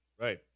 Right